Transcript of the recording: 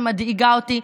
מדאיג אותי,